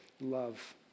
love